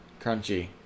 Crunchy